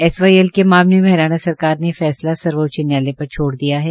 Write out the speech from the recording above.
SYL के मामले में हरियाणा सरकार ने फैसला सर्वोच्च न्यायालय पर छोड़ दिया है